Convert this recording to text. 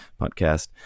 podcast